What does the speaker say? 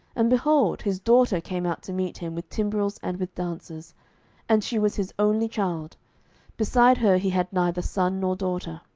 and, behold, his daughter came out to meet him with timbrels and with dances and she was his only child beside her he had neither son nor daughter.